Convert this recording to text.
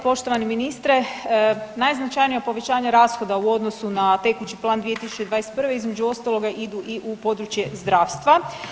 Poštovani ministre, najznačajnija povećanja rashoda u odnosu na tekući plan 2021. između ostaloga idu i u područje zdravstva.